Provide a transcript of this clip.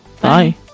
Bye